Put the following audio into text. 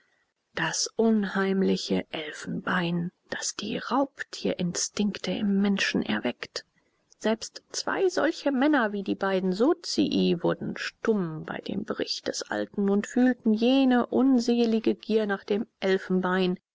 das unheimliche elfenbein das die raubtierinstinkte im menschen erweckt selbst zwei solche männer wie die beiden sozii wurden stumm bei dem bericht des alten und fühlten jene unselige gier nach dem elfenbein